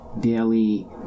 daily